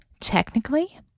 Technically